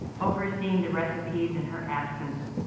overseeing the recipes in her absence,